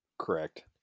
Correct